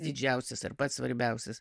didžiausias ir pats svarbiausias